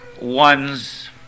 one's